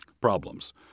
problems